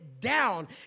down